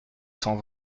cent